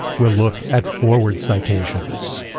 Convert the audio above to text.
we'll look at forward citations.